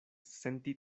senti